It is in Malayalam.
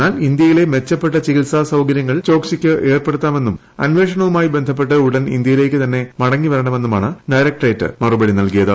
എന്നാൽ ഇന്ത്യയിലെ മെച്ചപ്പെട്ട ചികിത്സാ സൌകര്യങ്ങൾ ചോക്സിക്ക് ഏർപ്പെ ടുത്താമെന്നും അന്വേഷണവുമായി ബന്ധപ്പെട്ട് ഉടൻ ഇന്തൃയിലേക്ക് തന്നെ മടങ്ങിവരണമെന്നുമാണ് ഡയറക്ടറേറ്റ് മറുപടി നൽകിയത്